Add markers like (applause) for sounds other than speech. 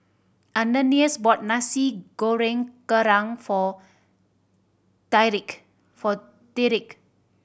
Ananias bought Nasi Goreng Kerang for (unintelligible) for Tyrique